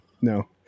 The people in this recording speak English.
No